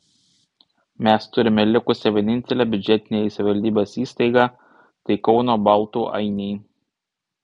mes turime likusią vienintelę biudžetinę savivaldybės įstaigą tai kauno baltų ainiai